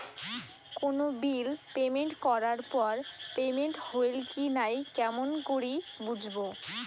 কোনো bill payment করার পর পেমেন্ট হইল কি নাই কেমন করি বুঝবো?